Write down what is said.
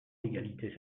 l’égalité